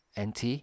nt